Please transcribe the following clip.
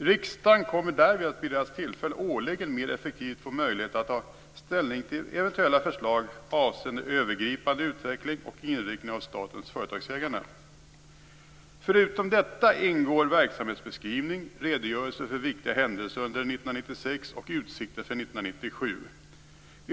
Riksdagen kommer därvid att årligen mer effektivt få möjlighet att ta ställning till eventuella förslag avseende den övergripande utvecklingen och inriktningen av statens företagsägande. Förutom detta ingår verksamhetsbeskrivning, redogörelse för viktiga händelser under 1996 och utsikter för 1997.